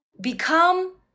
become